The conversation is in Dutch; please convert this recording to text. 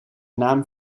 naam